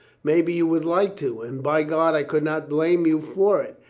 maybe you would like to, and by god, i could not blame you for it.